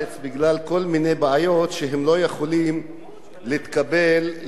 שבגללן הם לא יכולים להתקבל ללימודי רפואה במדינת ישראל,